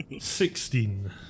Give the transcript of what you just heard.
Sixteen